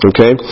Okay